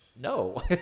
No